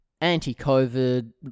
anti-COVID